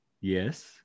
Yes